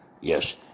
yes